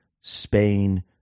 spain